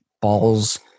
balls